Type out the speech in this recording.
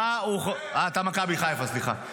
אה, אתה מכבי חיפה, סליחה.